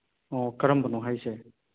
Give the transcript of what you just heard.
ꯑꯣ ꯀꯔꯝꯕꯅꯣ ꯍꯥꯏꯁꯦ